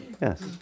Yes